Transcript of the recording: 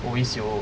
always 有